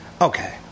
okay